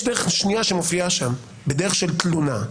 יש דרך שנייה שמופיעה שם בדרך של תלונה.